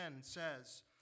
says